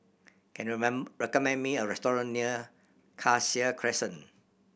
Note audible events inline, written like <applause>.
can you <unintelligible> recommend me a restaurant near Cassia Crescent